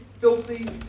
filthy